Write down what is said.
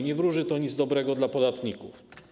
Nie wróży to niczego dobrego dla podatników.